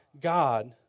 God